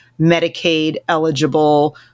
Medicaid-eligible